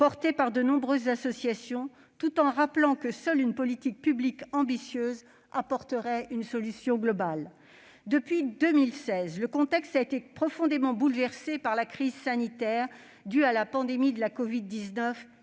soutenue par de nombreuses associations, tout en rappelant que seule une politique publique ambitieuse apporterait une solution globale. Depuis 2016, le contexte a été profondément bouleversé par la crise sanitaire due à la pandémie de la covid-19